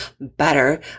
better